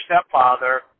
stepfather